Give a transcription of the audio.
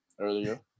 earlier